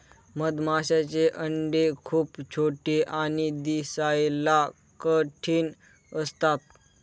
मधमाशांचे अंडे खूप छोटे आणि दिसायला कठीण असतात